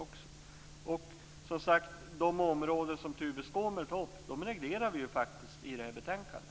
Och de områden som Tuve Skånberg tar upp reglerar vi faktiskt i detta betänkande.